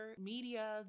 media